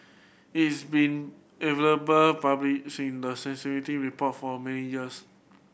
is been available public seen the report for many years